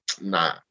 Nah